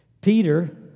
Peter